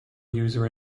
user